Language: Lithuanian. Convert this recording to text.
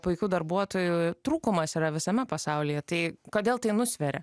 puikių darbuotojų trūkumas yra visame pasaulyje tai kodėl tai nusveria